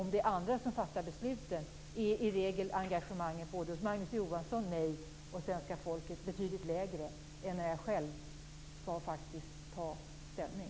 Om det är andra som fattar besluten är i regel engagemanget hos Magnus Johansson, mig och svenska folket betydligt lägre än när man själv skall ta ställning.